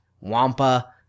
wampa